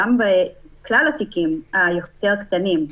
גם בכלל התיקים היותר קטנים,